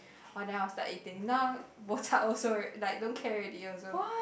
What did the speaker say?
orh then I was like eating now bo chup also like don't care already also